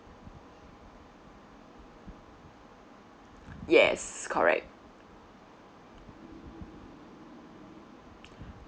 yes correct